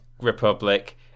Republic